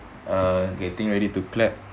uh getting ready to clap